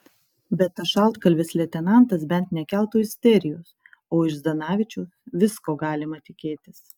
bet tas šaltkalvis leitenantas bent nekeltų isterijos o iš zdanavičiaus visko galima tikėtis